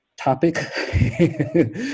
topic